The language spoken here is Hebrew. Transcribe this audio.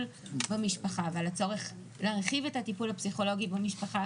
במשפחה ועל הצורך להרחיב את הטיפול הפסיכולוגי במשפחה